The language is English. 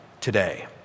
today